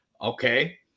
Okay